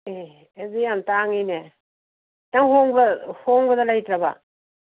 ꯑꯦ ꯑꯗꯨꯗꯤ ꯌꯥꯝ ꯇꯥꯡꯉꯤꯅꯦ ꯈꯤꯇꯪ ꯍꯣꯡꯕ ꯍꯣꯡꯕꯗ ꯂꯩꯇ꯭ꯔꯕ